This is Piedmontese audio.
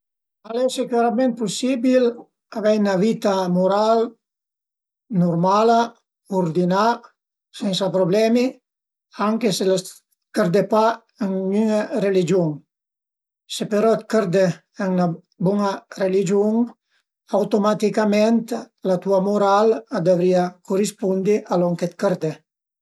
Al e sicüment pusibil avei 'na vita mural, nurmala, urdinà, sensa problemi anche se chërde pa ën gnüne religiun, së però t'chërde ën 'na bun-a religiun automaticament la tua mural a dëvrìa curispundi a lon che t'chërde